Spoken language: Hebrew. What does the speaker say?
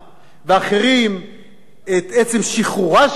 את עצם שחרורה של בירת ישראל, ירושלים.